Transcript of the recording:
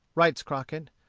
writes crockett,